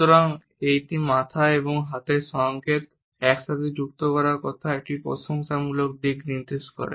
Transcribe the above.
সুতরাং এই মাথা এবং হাতের সংকেত একসাথে যুক্ত আমার কথার একটি প্রশংসামূলক দিক নির্দেশ করে